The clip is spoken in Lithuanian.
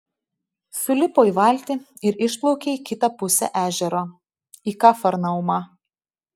sulipo į valtį ir išplaukė į kitą pusę ežero į kafarnaumą